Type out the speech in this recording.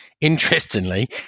Interestingly